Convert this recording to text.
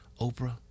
Oprah